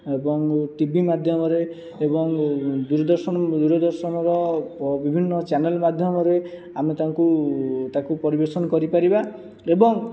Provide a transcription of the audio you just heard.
ଏବଂ ଟିଭି ମାଧ୍ୟମରେ ଏବଂ ଦୂରଦର୍ଶନ ଦୂରଦର୍ଶନର ବିଭିନ୍ନ ଚ୍ୟାନେଲ୍ ମାଧ୍ୟମରେ ଆମେ ତାଙ୍କୁ ତାକୁ ପରିବେଷଣ କରିପାରିବା ଏବଂ